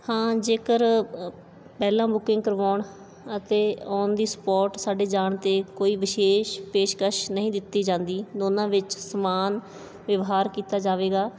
ਹਾਂ ਜੇਕਰ ਪਹਿਲਾਂ ਬੁਕਿੰਗ ਕਰਵਾਉਣ ਅਤੇ ਔਨ ਦੀ ਸਪੋਰਟ ਸਾਡੇ ਜਾਣ 'ਤੇ ਕੋਈ ਵਿਸ਼ੇਸ਼ ਪੇਸ਼ਕਸ਼ ਨਹੀਂ ਦਿੱਤੀ ਜਾਂਦੀ ਦੋਨਾਂ ਵਿੱਚ ਸਮਾਨ ਵਿਵਹਾਰ ਕੀਤਾ ਜਾਵੇਗਾ